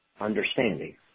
understanding